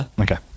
Okay